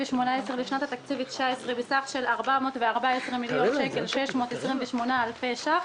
2018 לשנת התקציב 2019 בסך של 414,628,000 שקלים,